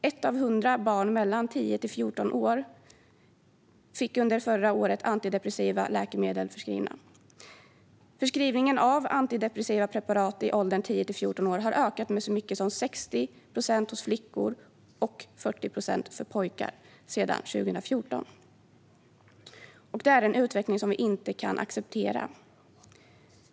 Ett av hundra barn mellan 10 och 14 år fick under förra året antidepressiva läkemedel förskrivna. Förskrivningen av antidepressiva preparat har i åldern 10-14 år ökat med så mycket som 60 procent bland flickor och 40 procent bland pojkar sedan 2014. Det är en utveckling som vi inte kan acceptera.